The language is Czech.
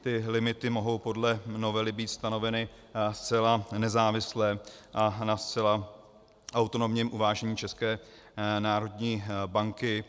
Ty limity mohou podle novely být stanoveny zcela nezávisle a na zcela autonomním uvážení České národní banky.